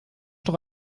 doch